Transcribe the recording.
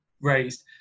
raised